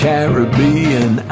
Caribbean